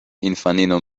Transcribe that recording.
infanino